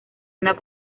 una